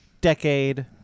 decade